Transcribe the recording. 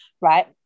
right